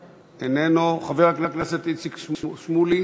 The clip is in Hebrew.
איננו, חבר הכנסת איציק שמולי,